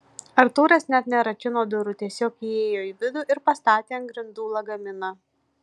artūras net nerakino durų tiesiog įėjo į vidų ir pastatė ant grindų lagaminą